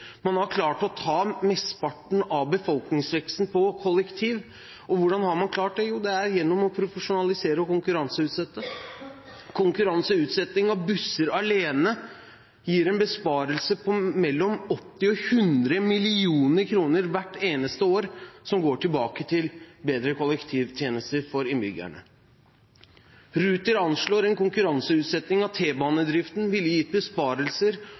man har klart å møte mesteparten av befolkningsveksten med kollektivløsninger. Og hvordan har man klart det? Jo, det er gjennom å profesjonalisere og konkurranseutsette. Konkurranseutsetting av busser alene gir en besparelse på mellom 80 og 100 mill. kr hvert eneste år, som går tilbake til bedre kollektivtjenester for innbyggerne. Ruter anslår at en konkurranseutsetting av T-banedriften ville gitt besparelser